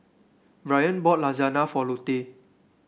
Bryan bought Lasagna for Lute